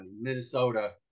Minnesota